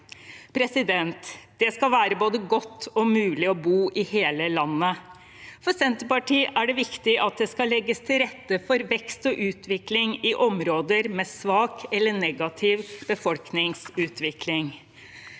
arbeid. Det skal være både godt og mulig å bo i hele landet. For Senterpartiet er det viktig at det skal legges til rette for vekst og utvikling i områder med svak eller negativ befolkningsutvikling.